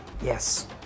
Yes